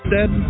dead